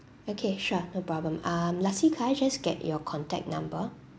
okay sure no problem um lastly could I just get your contact number